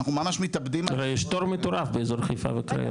אנחנו ממש מתאבדים על ה- הרי יש תור מטורף באזור חיפה והקריות.